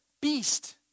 beast